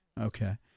okay